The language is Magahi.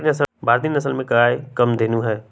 भारतीय नसल में गाय कामधेनु हई